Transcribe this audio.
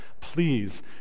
Please